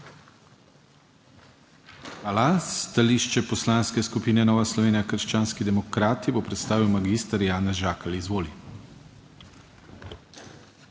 Hvala. Stališče Poslanske skupine Nova Slovenija - krščanski demokrati bo predstavil magister Janez Žakelj. Izvoli.